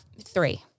three